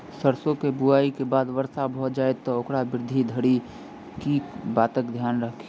सैरसो केँ बुआई केँ बाद वर्षा भऽ जाय तऽ ओकर वृद्धि धरि की बातक ध्यान राखि?